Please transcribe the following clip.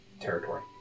territory